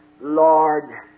Lord